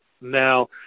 Now